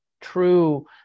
true